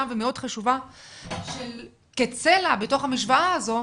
ומאוד חשובה של כצלע בתוך המשוואה הזאת,